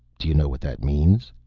do you know what that means?